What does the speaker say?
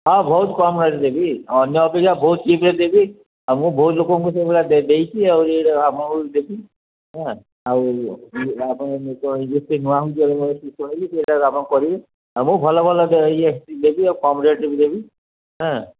ହଁ ଭହୁତ କମ୍ ରେଟ୍ ଦେବି ଅନ୍ୟ ଅପେକ୍ଷା ବହୁତ ଚିପ୍ରେ ଦେବି ଆଉ ମୁଁ ବହୁତ ଲୋକଙ୍କୁ ସେଇଭଳିଆ ଦେଇଛି ଆହୁରି ଦେବି ହଁ ଆଉ ଆପଣ ସେଇଟା ଆପଣ କରିବେ ଆଉ ମୁଁ ଭଲ ଭଲ ଇଏ ଦେବି ଆଉ କମ୍ ରେଟ୍ ବି ଦେବି ହାଁ